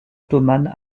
ottomane